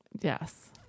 Yes